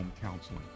counseling